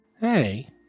Hey